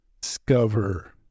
discover